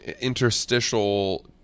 interstitial